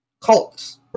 cults